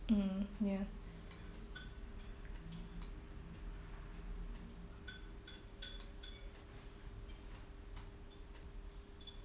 mm ya